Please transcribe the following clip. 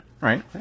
Right